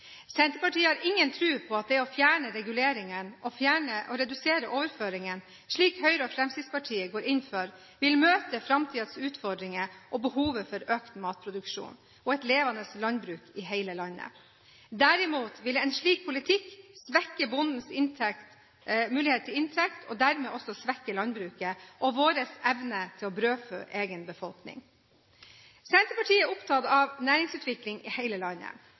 Senterpartiet har ingen tro på at det å fjerne reguleringene og redusere overføringene, slik Høyre og Fremskrittspartiet går inn for, vil møte framtidens utfordringer og behovet for økt matproduksjon – og et levende landbruk i hele landet. Derimot ville en slik politikk svekke bondens mulighet til inntekt, og dermed også svekke landbruket – og vår evne til å brødfø egen befolkning. Senterpartiet er opptatt av næringsutvikling i hele landet.